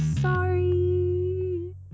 Sorry